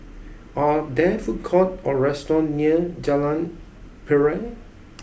are there food courts or restaurants near Jalan Piring